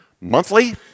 Monthly